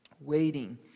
waiting